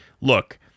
look